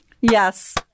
Yes